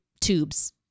tubes